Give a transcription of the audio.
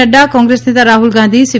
નફા કોંગ્રેસ નેતા રાહ્લ ગાંધી સી